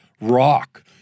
rock